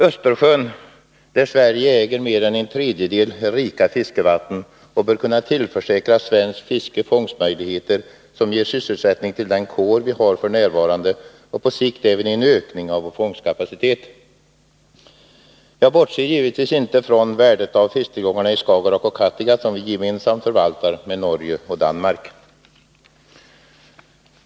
Östersjön, där Sverige äger mer än en tredjedel, har rika fiskevatten och bör kunna tillförsäkra svenskt fiske fångstmöjligheter, som ger sysselsättning åt den kår vi har f. n., och på sikt även en ökning av vår fångstkapacitet. Jag bortser givetvis inte från värdet av fisktillgångarna i Skagerrak och Kattegatt som vi förvaltar gemensamt med Norge och Danmark.